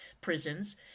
prisons